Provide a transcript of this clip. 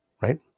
Right